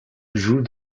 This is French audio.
joue